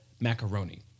macaroni